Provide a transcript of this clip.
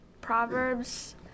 Proverbs